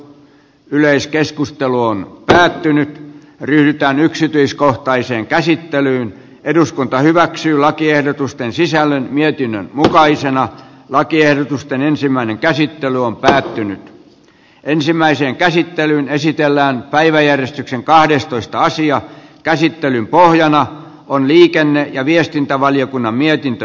yleiskeskustelu on päättynyt ryhdytään yksityiskohtaiseen käsittelyyn eduskunta hyväksyy lakiehdotusten sisällön mietinnön mukaisena lakiehdotusten ensimmäinen käsittely on päätynyt ensimmäiseen käsittelyyn esitellään päiväjärjestyksen kahdestoista asian käsittelyn pohjana on liikenne ja viestintävaliokunnan mietintö